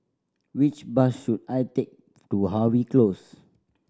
which bus should I take to Harvey Close